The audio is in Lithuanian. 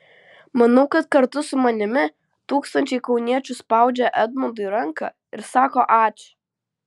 manau kad kartu su manimi tūkstančiai kauniečių spaudžia edmundui ranką ir sako ačiū